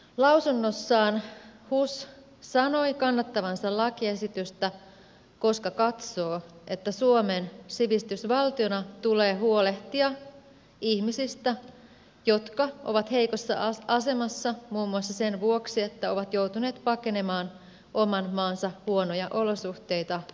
lausunnossaan hus sanoi kannattavansa lakiesitystä koska katsoo että suomen sivistysvaltiona tulee huolehtia ihmisistä jotka ovat heikossa asemassa muun muassa sen vuoksi että ovat joutuneet pakenemaan oman maansa huonoja olosuhteita tai köyhyyttä